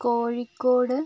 Kozhikode